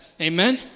Amen